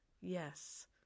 Yes